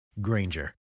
Granger